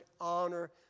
honor